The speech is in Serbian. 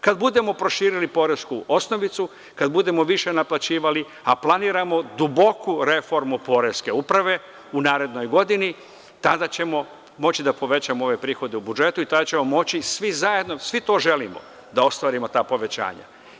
Kada budemo proširili poresku osnovicu, kada budemo više naplaćivali, a planiramo duboku reformu poreske uprave u narednoj godini, tada ćemo moći da povećamo ove prihode u budžetu i tada ćemo moći svi zajedno, svi to želimo, da ostvarimo ta povećanja.